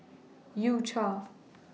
U Cha